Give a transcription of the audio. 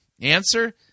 Answer